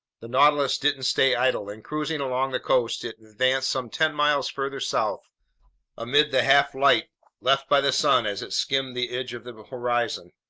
the nautilus didn't stay idle, and cruising along the coast, it advanced some ten miles farther south amid the half light left by the sun as it skimmed the edge of the horizon.